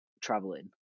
traveling